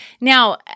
Now